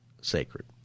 sacred